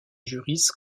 juriste